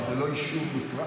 אבל זה לא יישוב נפרד?